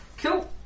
Cool